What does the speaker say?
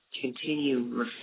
continue